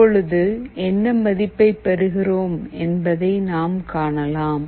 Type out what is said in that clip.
இப்பொழுது என்ன மதிப்பை பெறுகிறோம் என்பதை நாம் காணலாம்